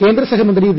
കേന്ദ്രസഹമന്ത്രി വി